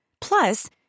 Plus